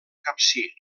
capcir